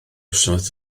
wythnos